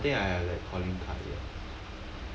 I I don't think I have that calling card yet